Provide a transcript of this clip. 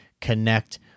connect